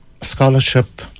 scholarship